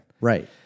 Right